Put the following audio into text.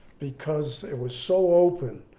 because it was so open,